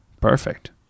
perfect